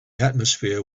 atmosphere